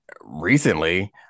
recently